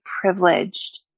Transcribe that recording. privileged